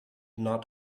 not